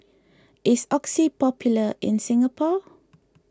is Oxy popular in Singapore